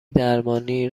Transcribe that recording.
درمانی